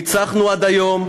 ניצחנו עד היום,